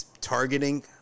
targeting